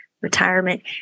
Retirement